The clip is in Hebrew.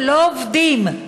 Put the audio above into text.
שלא עובדים.